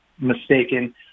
mistaken